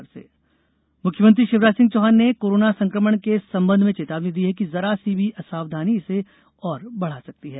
corona बैठक मुख्यमंत्री शिवराज सिंह चौहान ने कोरोना संकमण के संबंध में चेतावनी दी है कि जरा सी भी असावधानी इसे और बढ़ा सकती है